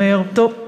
אומר: טוב,